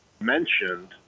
mentioned